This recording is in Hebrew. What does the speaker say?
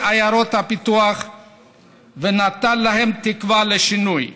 עיירות הפיתוח ונתן להם תקווה לשינוי.